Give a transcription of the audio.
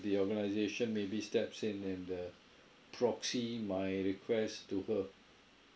the organisation maybe steps in and uh proxy my request to her